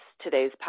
Today's